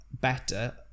better